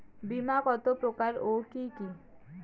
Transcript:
বীমা কত প্রকার ও কি কি?